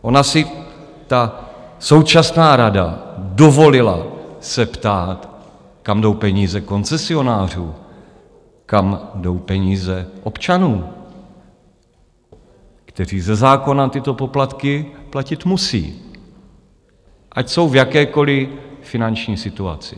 Ona si ta současná rada dovolila se ptát, kam jdou peníze koncesionářů, kam jdou peníze občanů, kteří ze zákona tyto poplatky platit musí, ať jsou v jakékoliv finanční situaci.